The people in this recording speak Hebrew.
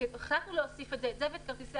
לכן החלטנו להוסיף את זה וכן את כרטיסי